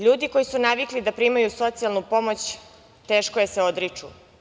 Ljudi koji su navikli da primaju socijalnu pomoć teško je se odriču.